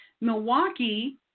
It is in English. Milwaukee